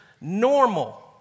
normal